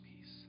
peace